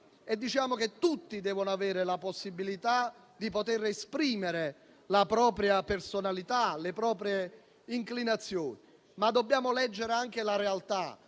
sosteniamo che tutti devono avere la possibilità di poter esprimere la propria personalità e le proprie inclinazioni, ma dobbiamo leggere anche la realtà.